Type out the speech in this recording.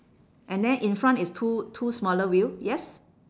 and then in front is two two smaller wheel yes